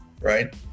right